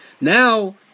Now